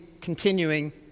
continuing